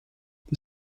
the